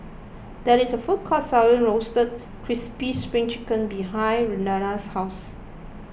there is a food court selling Roasted Crispy Spring Chicken behind Renada's house